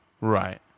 Right